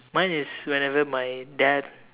mine is whenever my dad